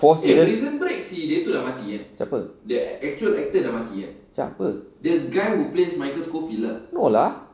four seasons siapa siapa no lah